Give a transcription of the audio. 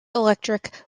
electric